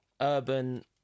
urban